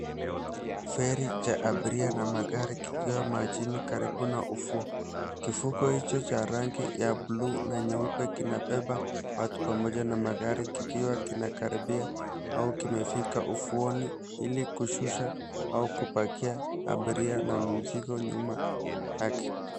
Feri cha abiria na magari kikiwa majini karibu na ufuo. Kivuko hicho cha rangi ya bluu na nyeupe, kinabeba watu pamoja na magari. Kikiwa kinakaribia au kimefika ufuoni, ili kushusha au kupakia abiria na mzigo nyuma yake.